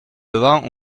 levant